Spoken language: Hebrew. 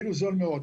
אפילו זול מאוד.